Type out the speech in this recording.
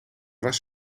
was